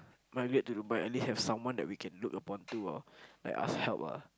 migrate to Dubai at least have someone that we can look upon to like ask help ah